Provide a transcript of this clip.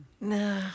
No